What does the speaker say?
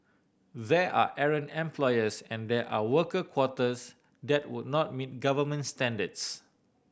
there are errant employers and there are worker quarters that would not meet government standards